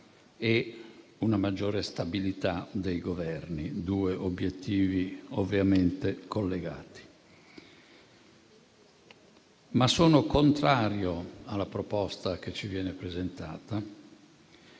e una maggiore stabilità dei Governi, due obiettivi ovviamente collegati. Ma sono contrario alla proposta che ci viene presentata,